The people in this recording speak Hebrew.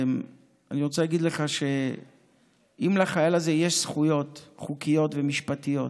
אני רוצה להגיד לך שאם לחייל הזה יש זכויות חוקיות ומשפטיות